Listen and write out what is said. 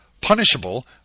punishable